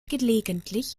gelegentlich